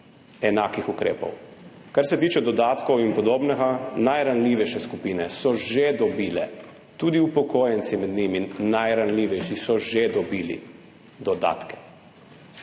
enakih ukrepov. Kar se tiče dodatkov in podobnega, najranljivejše skupine so že dobile, tudi upokojenci, najranljivejši med njimi so že dobili dodatke.